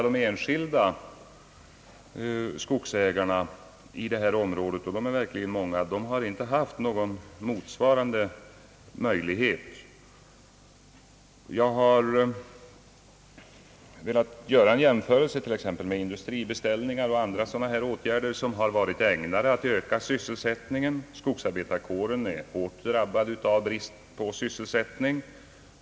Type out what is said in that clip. De enskilda skogsägarna i dessa områden — och de är verkligen många — har inte haft motsvarande möjlighet. Jag har velat göra en jämförelse med t.ex. industribeställningar och andra åtgärder som har varit ägnade att öka sysselsättningen. Skogsarbetarkåren är ju hårt drabbad av brist på sysselsättning.